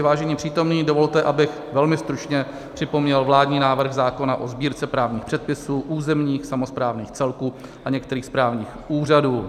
Vážení přítomní, dovolte, abych velmi stručně připomněl vládní návrh zákona o Sbírce právních předpisů územních samosprávných celků a některých správních úřadů.